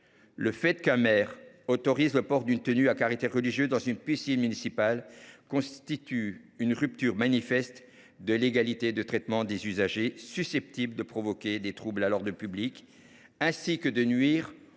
Le fait qu’un maire autorise le port d’une tenue à caractère religieux dans une piscine municipale constitue une rupture manifeste de l’égalité de traitement des usagers, susceptible de provoquer des troubles à l’ordre public et, par